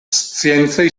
sciencaj